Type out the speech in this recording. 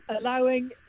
allowing